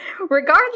regardless